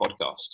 podcast